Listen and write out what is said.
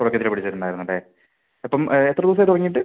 തുടക്കത്തിൽ പിടിച്ചിട്ടുണ്ടായിരുന്നു അല്ലേ അപ്പം എത്ര ദിവസമായി തുടങ്ങിയിട്ട്